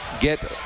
get